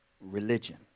religion